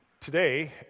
Today